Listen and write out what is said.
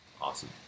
Awesome